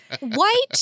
White